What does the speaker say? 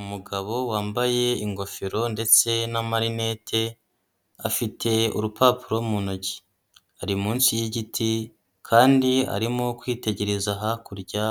Umugabo wambaye ingofero ndetse n'amarinete afite urupapuro mu ntoki, ari munsi y'igiti kandi arimo kwitegereza hakurya